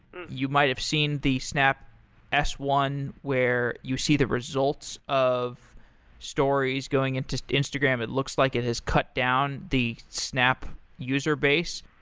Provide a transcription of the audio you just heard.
you might have seen the snap s one, where you see the results of stories going into instagram. it looks like it has cut down the snap user base.